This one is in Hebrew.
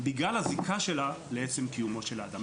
בגלל הזיקה שלה לעצם קיומו של האדם.